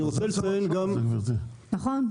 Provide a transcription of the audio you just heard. נכון.